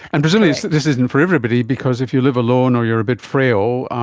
and presumably this isn't for everybody because if you live alone or you're a bit frail,